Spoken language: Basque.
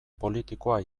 politikoa